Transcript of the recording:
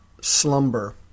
slumber